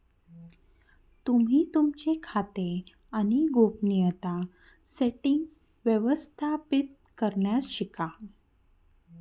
तुम्ही तुमचे खाते आणि गोपनीयता सेटीन्ग्स व्यवस्थापित करण्यास शिका